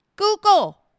Google